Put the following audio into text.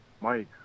Mike